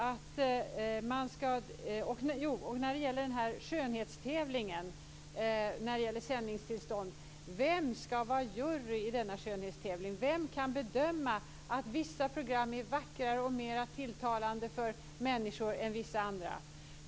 Sedan är det frågan om skönhetstävlingen för sändningstillstånd. Vem skall vara jury i skönhetstävlingen? Vem kan bedöma att vissa program är vackrare och mera tilltalande för människor än vissa andra?